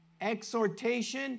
exhortation